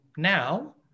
Now